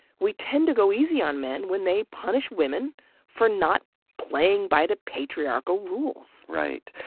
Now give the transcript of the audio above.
we tend to go easy on men when they punish women for not playing by the patriarchal rules. right.